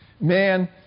Man